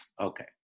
Okay